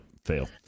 fail